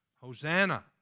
Hosanna